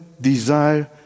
desire